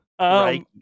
Right